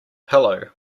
pillow